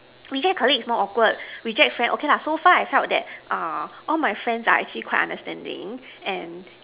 reject colleagues more awkward reject friend okay lah so far I felt that err all my friends are actually quite understanding and